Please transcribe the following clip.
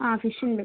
ആ ഫിഷുണ്ട്